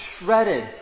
shredded